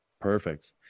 Perfect